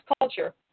culture